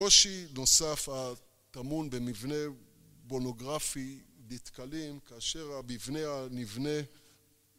קושי נוסף הטמון במבנה בונוגרפי נתקלים, כאשר המבנה הנבנה